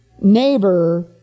neighbor